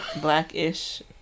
Black-ish